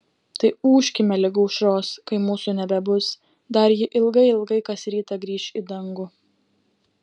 tai ūžkime lig aušros kai mūsų nebebus dar ji ilgai ilgai kas rytą grįš į dangų